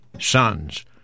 sons